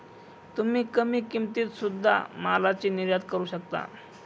तुम्ही कमी किमतीत सुध्दा मालाची निर्यात करू शकता का